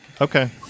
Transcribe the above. okay